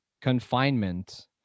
confinement